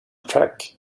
track